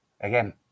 again